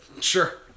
Sure